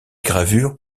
gravures